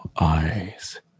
eyes